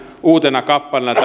uutena kappaleena